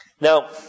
Now